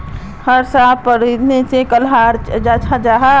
हर साल प्राइवेट कंपनीर बजटोक ओपन कराल जाहा